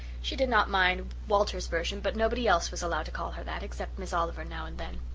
she did not mind walter's version, but nobody else was allowed to call her that, except miss oliver now and then.